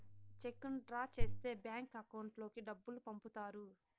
చెక్కును డ్రా చేస్తే bank account లోకి డబ్బులు పంపుతారు